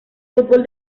fútbol